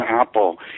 apple